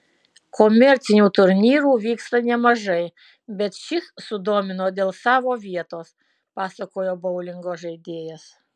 komercinių turnyrų vyksta nemažai bet šis sudomino dėl savo vietos pasakojo boulingo žaidėjas